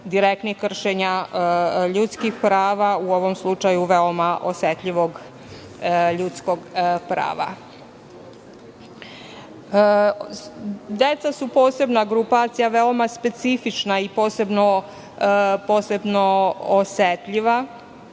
direktnih kršenja ljudskih prava, u ovom slučaju veoma osetljivog ljudskog prava. Deca su posebna grupacija, veoma specifična i posebno osetljiva.